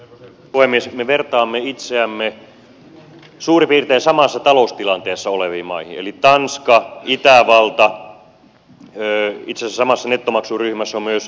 me vertaamme itseämme suurin piirtein samassa taloustilanteessa oleviin maihin eli tanskaan itävaltaan itse asiassa samassa nettomaksuryhmässä ovat myös britannia ja ranska